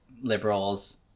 Liberals